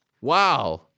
Wow